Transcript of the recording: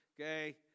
okay